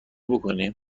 بکنم